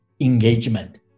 engagement